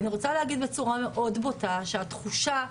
אני רוצה להגיד בצורה מאוד בוטה שהתחושה,